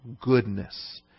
goodness